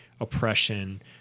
oppression